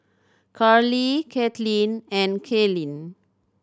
Carlee Katlynn and Kaylyn